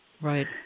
Right